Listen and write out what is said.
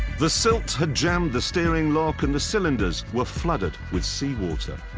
the silt had jammed the steering lock and the cylinders were flooded with seawater.